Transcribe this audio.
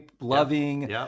loving